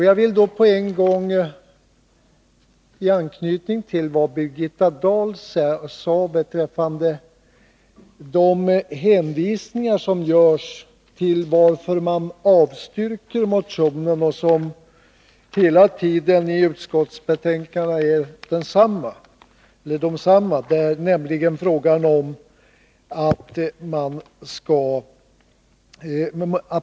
Jag vill på en gång anknyta till vad Birgitta Dahl sade beträffande de motiveringar som lämnas till att avstyrka motionerna och som hela tiden i betänkandet är desamma.